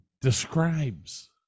describes